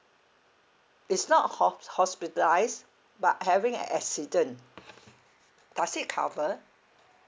is not hos~ hospitalised but having an accident does it cover